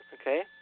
okay